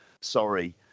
Sorry